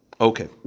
Okay